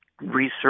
research